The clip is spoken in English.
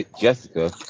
Jessica